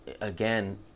again